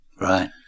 Right